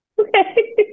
Okay